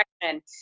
direction